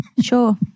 sure